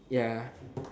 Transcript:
ya